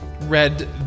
read